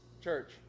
church